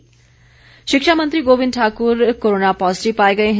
गोविंद ठाकुर शिक्षा मंत्री Govind Thakur corona positive पाए गए हैं